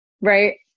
right